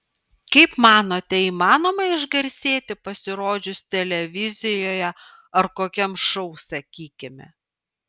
kaip manote įmanoma išgarsėti pasirodžius televizijoje ar kokiam šou sakykime